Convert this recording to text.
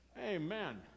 Amen